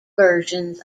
versions